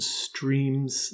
streams